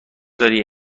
داری